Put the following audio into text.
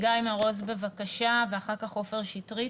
גיא מרוז, בבקשה, אחר כך עופר שטרית.